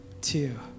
two